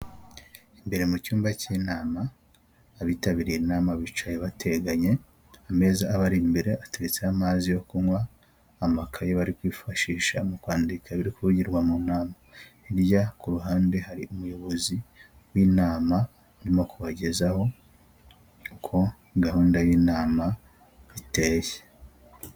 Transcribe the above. Imbere mu cyumba cy'inama, abitabiriye inama bicaye bateganye, ameza abari imbere ateretseho amazi yo kunywa, amakaye bari kwifashisha mu kwandika ibiri kuvugirwa mu nama, hirya ku ruhande hari umuyobozi w'inama urimo kugezaho uko gahunda y'inama iteye.